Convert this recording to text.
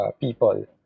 people